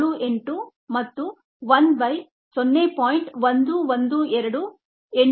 78 ಮತ್ತು 1 by 0